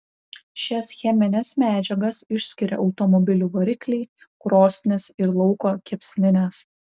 šias chemines medžiagas išskiria automobilių varikliai krosnys ir lauko kepsninės